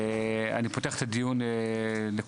אני פותח את הדיון לכולם,